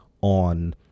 on